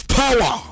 power